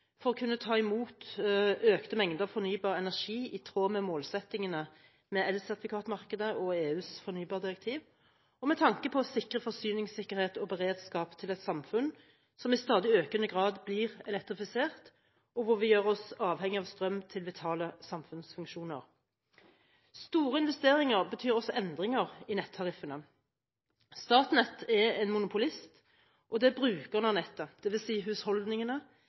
for å kunne ta imot økte mengder fornybar energi i tråd med målsettingene med elsertifikatmarkedet og EUs fornybardirektiv, og med tanke på forsyningssikkerhet og å sikre beredskap til et samfunn som i stadig økende grad blir elektrifisert, og hvor vi gjør oss avhengig av strøm til vitale samfunnsfunksjoner. Store investeringer betyr også endringer i nettariffene. Statnett er en monopolist, og det er brukerne av nettet – dvs. husholdningene,